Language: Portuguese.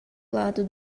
lado